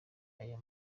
ayo